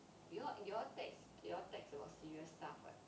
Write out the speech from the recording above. you you all text about serious stuff